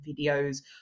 videos